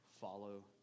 follow